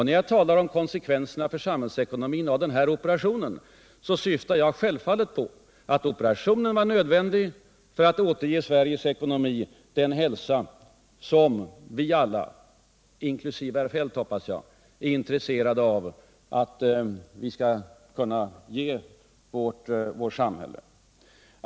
När jag talar om konsekvenserna för samhällsekonomin av operationen syftar jag självfallet på att operationen var nödvändig för att återge Sveriges ekonomi den hälsa som vi alla —- inkl. herr Feldt, hoppas jag — är intresserade av att vårt samhälle skall ha.